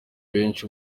benshi